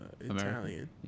Italian